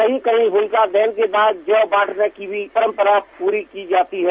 कहीं कहीं होलिका दहन के बाद जौ बांटने की भी परंपरा पूरी की जाती है